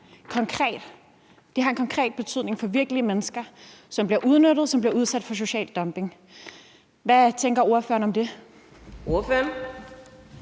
konkret. Det har en konkret betydning for virkelige mennesker, som bliver udnyttet, og som bliver udsat for social dumping. Hvad tænker ordføreren om det? Kl.